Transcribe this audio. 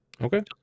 Okay